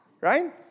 Right